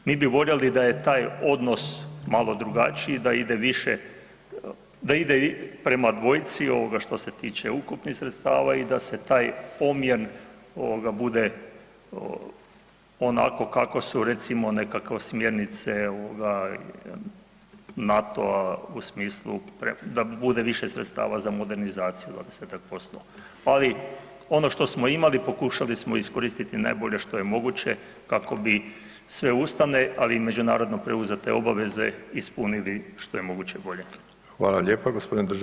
Mi bi voljeli da je taj odnos malo drugačiji, da ide više, da ide prema dvojici što se tiče ukupnih sredstava i da se taj omjer bude onako kako su recimo nekakve smjernice NATO-a u smislu da bude više sredstava za modernizaciju ... ali što smo imali, pokušali smo iskoristiti najbolje što je moguće kako bi sve ustavne ali i međunarodno preuzete obaveze ispunili što je moguće bolje.